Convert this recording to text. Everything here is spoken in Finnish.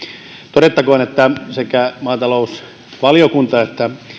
todettakoon että sekä maatalousvaliokunta että